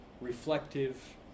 reflective